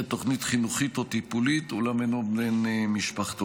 תוכנית חינוכית או טיפולית אולם אינו בן משפחתו.